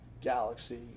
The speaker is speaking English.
galaxy